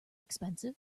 expensive